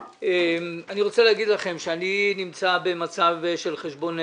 אני רוצה להגיד לכם שאני נמצא במצב של חשבון נפש: